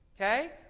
Okay